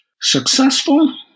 Successful